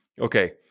Okay